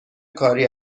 کاری